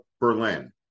Berlin